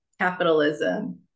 capitalism